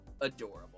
adorable